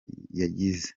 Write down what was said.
yagize